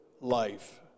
life